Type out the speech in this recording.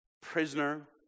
Prisoner